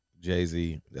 Jay-Z